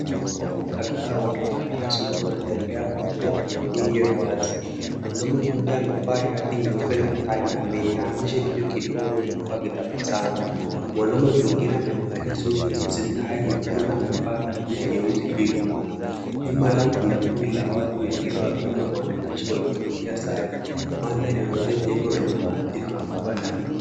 Watu kadhaa waliovalia suti wanatembea pamoja kwenye njia iliyo wazi. Mwanaume mmoja amevaa shati nyeupe na tai na ameinamisha kichwa kidogo huku akitabasamu. Mwanaume mwingine amevalia suti nyeusi, tai nyekundu na amevaa viatu vyeusi vilivyong'aa. Nyuma yao kuna kundi la watu wengine wakiwemo wanajeshi waliovalia sare. Mandhari linaonyesha jengo lenye maadili makubwa na miti.